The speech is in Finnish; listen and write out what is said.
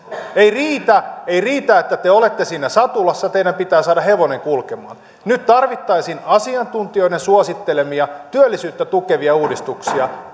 ei riitä ei riitä että te olette siinä satulassa teidän pitää saada hevonen kulkemaan nyt tarvittaisiin asiantuntijoiden suosittelemia työllisyyttä tukevia uudistuksia